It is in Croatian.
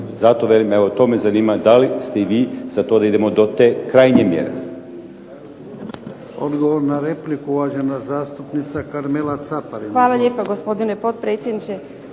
to me zanima da li ste i vi za to da idemo do te krajnje mjere.